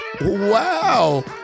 Wow